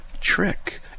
trick